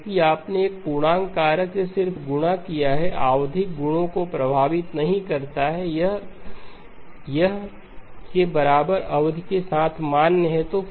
क्योंकि आपने एक पूर्णांक कारक से सिर्फ गुणा किया है आवधिक गुणों को प्रभावित नहीं करता है यह 2L के बराबर अवधि के साथ मान्य है